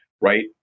right